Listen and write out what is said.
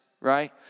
right